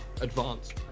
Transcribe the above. advanced